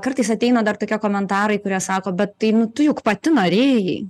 kartais ateina dar tokie komentarai kurie sako bet tai nu tu juk pati norėjai